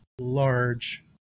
large